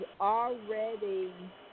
already